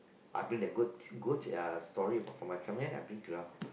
I bring the good good uh story about from my family and I bring to the